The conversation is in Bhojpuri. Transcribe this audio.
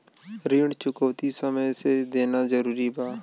ऋण चुकौती समय से देना जरूरी बा?